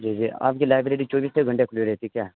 جی جی آپ کی لائیبریری چوبیسوں گھنٹہ کھلی رہتی ہے کیا